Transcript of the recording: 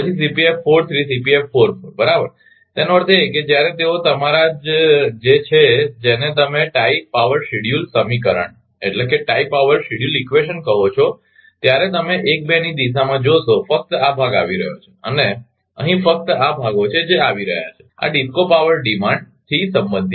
10 લીધું છે પછી બરાબર તેનો અર્થ છે કે જ્યારે તેઓ તમારા જે છે જેને તમે ટાઇ પાવર શેડ્યૂલ સમીકરણ કહો છો ત્યારે તમે 1 2 ની દિશામાં જોશો ફક્ત આ ભાગ આવી રહ્યો છે અને અહીં ફક્ત આ ભાગો છે જે આવી રહ્યા છે આ ડિસ્કો પાવર ડિમાન્ડથી સંબંધિત છે